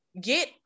Get